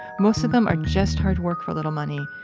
most of them are just hard work for little money.